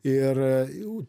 ir jau